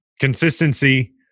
consistency